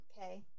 Okay